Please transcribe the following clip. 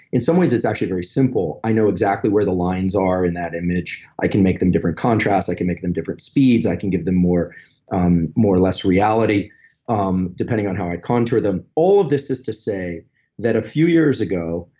in some ways it's actually very simple. i know exactly where the lines are in that image, i can make them different contrasts, i can make them different speeds, i can give them more or less reality um depending on how i contour them all of this is to say that a few years ago,